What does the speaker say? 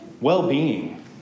well-being